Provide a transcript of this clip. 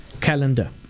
calendar